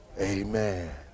Amen